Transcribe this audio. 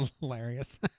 Hilarious